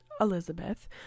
Elizabeth